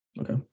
Okay